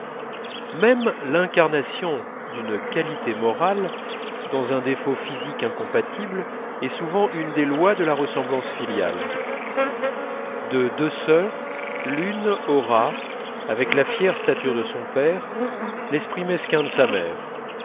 même l'incarnation d'une qualité morale dans un défaut physique incompatible est souvent une des lois de la ressemblance filiale de deux sœurs l'une aura avec la fière stature de son père l'esprit mesquin de sa mère